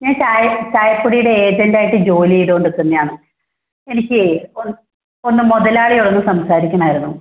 ഞാൻ ചായ ചായപ്പൊടിയുടെ ഏജൻ്റ് ആയിട്ട് ജോലി ചെയ്തുകൊണ്ട് നിൽക്കുന്ന ആണ് എനിക്ക് ഒന്ന് മുതലാളിയോട് ഒന്ന് സംസാരിക്കണമായിരുന്നു